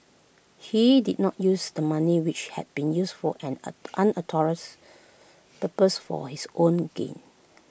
he did not use the money which had been used for an an unauthorised purpose for his own gain